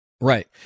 Right